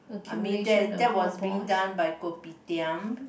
I mean that that was being done by Kopitiam